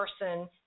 person